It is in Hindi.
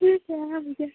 ठीक है हाँ मुझे